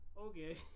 okay